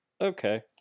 okay